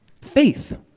faith